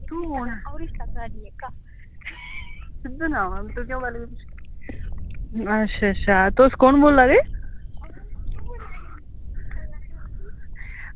अच्छा अच्छा तुस कु'न बोल्ला दे